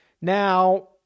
Now